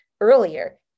earlier